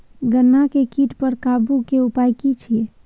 गन्ना के कीट पर काबू के उपाय की छिये?